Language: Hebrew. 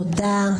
תודה,